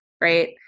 right